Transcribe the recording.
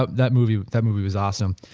ah that movie that movie was awesome.